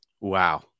Wow